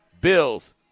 Bills